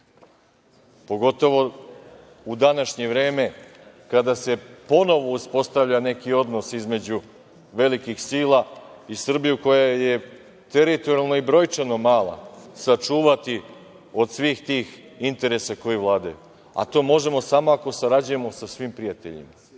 pogotovo u današnje vreme kada se ponovo uspostavlja neki odnos između velikih sila i Srbije koja je teritorijalno i brojčano mala, sačuvati od svih tih interesa koji vladaju, a to možemo samo ako sarađujemo sa svim prijateljima,